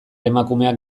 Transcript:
emakumeak